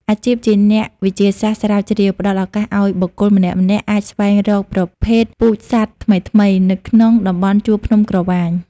អាជីពជាអ្នកវិទ្យាសាស្ត្រស្រាវជ្រាវ ផ្តល់ឱកាសឱ្យបុគ្គលម្នាក់ៗអាចស្វែងរកប្រភេទពូជសត្វថ្មីៗនៅក្នុងតំបន់ជួរភ្នំក្រវាញ។